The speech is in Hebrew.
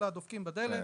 אלא דופקים בדלת,